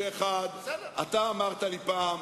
חבר הכנסת גפני,